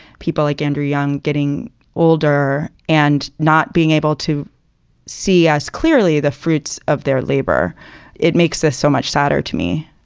people like andrew young getting older and not being able to see as clearly the fruits of their labor it makes us so much sadder to me